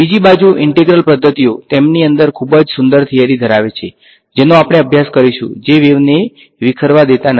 બીજી બાજુ ઈંટ્રેગ્રલ પદ્ધતિઓ તેમની અંદર ખૂબ જ સુંદર થીયરી ધરાવે છે જેનો આપણે અભ્યાસ કરીશું જે વેવને વિખેરાવા દેતા નથી